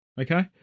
okay